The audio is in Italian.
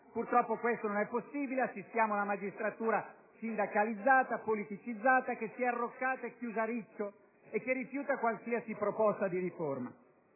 Purtroppo, questo non è possibile. Assistiamo a una magistratura sindacalizzata, politicizzata, che si è arroccata e chiusa a riccio e che rifiuta qualsiasi proposta di riforma.